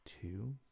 two